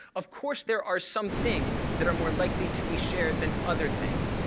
of course, there are some things that are more likely to be shared than other things.